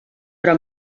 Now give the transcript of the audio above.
però